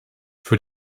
für